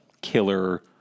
killer